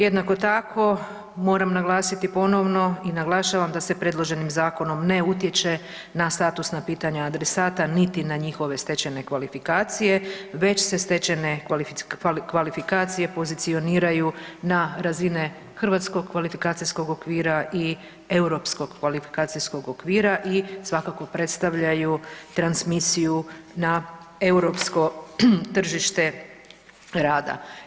Jednako tako moram naglasiti ponovno i naglašavam da se predloženim zakonom ne utječe na statusna pitanja adresata niti na njihove stečene kvalifikacije već se stečene kvalifikacije pozicioniraju na razine Hrvatskog kvalifikacijskog okvira i Europskog kvalifikacijskog okvira i svakako predstavljaju transmisiju na europsko tržište rada.